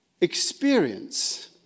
Experience